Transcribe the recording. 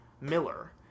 Miller